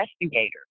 investigator